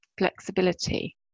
Flexibility